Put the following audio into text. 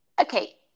Okay